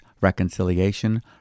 reconciliation